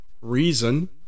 reason